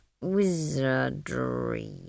Wizardry